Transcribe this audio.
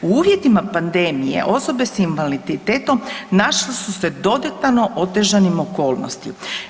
U uvjetima pandemije osobe s invaliditetom našle su se u dodatno otežanim okolnostima.